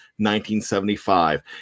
1975